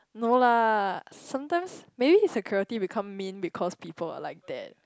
no lah sometimes maybe the security become mean because people are like that